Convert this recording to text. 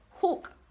hook